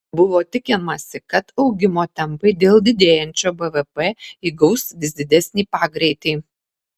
buvo tikimasi kad augimo tempai dėl didėjančio bvp įgaus vis didesnį pagreitį